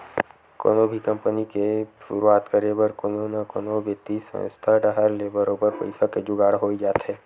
कोनो भी कंपनी के सुरुवात करे बर कोनो न कोनो बित्तीय संस्था डाहर ले बरोबर पइसा के जुगाड़ होई जाथे